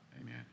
amen